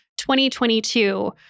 2022